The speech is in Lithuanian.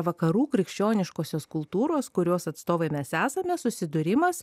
vakarų krikščioniškosios kultūros kurios atstovai mes esame susidūrimas